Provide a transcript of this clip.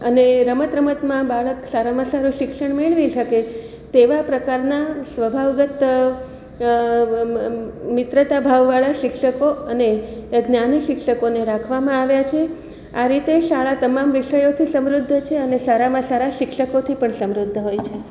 અને રમત રમતમાં બાળક સારામાં સારું શિક્ષણ મેળવી શકે તેવા પ્રકારના સ્વભાવગત મિત્રતા ભાવવાળા શિક્ષકો અને જ્ઞાની શિક્ષકોને રાખવામાં આવ્યા છે આ રીતે શાળા તમામ વિષયોથી સમૃદ્ધ છે અને સારામાં સારા શિક્ષકોથી પણ સમૃદ્ધ હોય છે